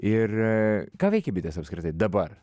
ir ką veikia bitės apskritai dabar